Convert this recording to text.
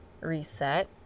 reset